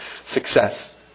success